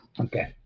Okay